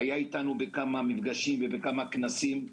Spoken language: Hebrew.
הוא היה אתנו בכמה מפגשים ובכמה כנסים.